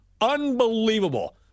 Unbelievable